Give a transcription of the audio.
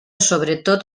sobretot